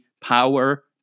power